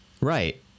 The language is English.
Right